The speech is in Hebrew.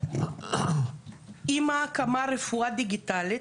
עם הקמת הרפואה הדיגיטלית,